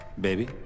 baby